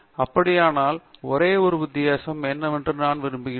அப்படியானால் ஒரே ஒரு வித்தியாசம் என்னவென்று நான் நம்புகிறேன்